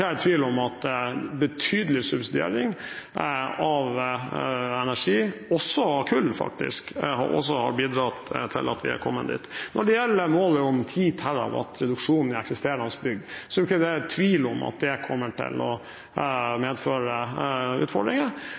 tvil om at betydelig subsidiering av energi – også av kull, faktisk – også har bidratt til at vi har kommet dit. Når det gjelder målet om 10 TWh reduksjon i eksisterende bygg, er det ikke tvil om at det kommer til å medføre utfordringer.